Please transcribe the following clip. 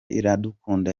iradukunda